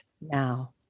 now